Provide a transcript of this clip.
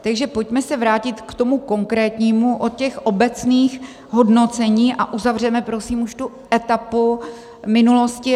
Takže pojďme se vrátit k tomu konkrétnímu od těch obecných hodnocení a uzavřeme prosím už tu etapu minulosti.